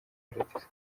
paradizo